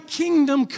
kingdom